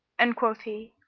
and quoth he,